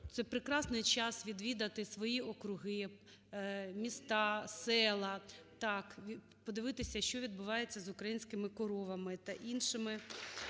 це прекрасний час відвідати свої округи, міста, села. Так. Подивитися, що відбувається з українськими коровами та іншими